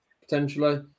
potentially